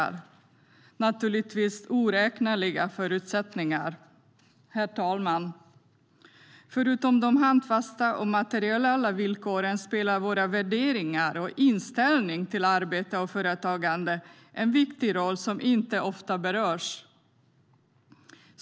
Det är naturligtvis oräkneliga förutsättningar, herr talman. Förutom de handfasta, materiella villkoren spelar våra värderingar och vår inställning till arbete och företagande en viktig roll som inte ofta berörs.